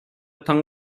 таң